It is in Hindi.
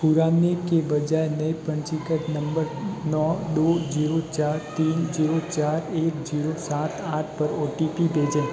पुराने के बजाय नए पंजीकृत नंबर नौ दो जीरो चार तीन जीरो चार एक जीरो सात आठ पर ओ टी पी भेजें